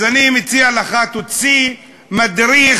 אז אני מציע לך: תוציא מדריך